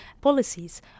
policies